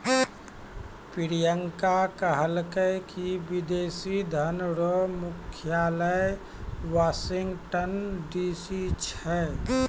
प्रियंका कहलकै की विदेशी धन रो मुख्यालय वाशिंगटन डी.सी छै